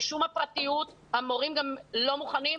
משום הפרטיות המורים לא מוכנים,